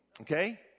Okay